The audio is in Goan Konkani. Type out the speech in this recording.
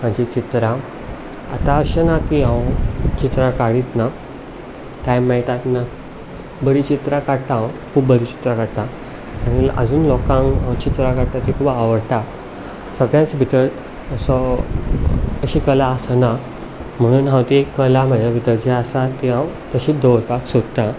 म्हजीं चित्रां आतां अशें ना की हांव चित्रां काडीच ना टायम मेळटा तेन्ना बरीं चित्रां काडटा हांव खूब बरीं चित्रां काडटां आनी आजून लोकांक हांव चित्रां काडटां तीं खूब आवडटा सगळ्यांच भितर असो अशी कला आसना म्हणून हांव ती एक कला म्हजे भितर जी आसा ती हांव तशीच दवरपाक सोदतां